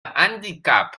handicap